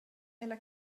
ella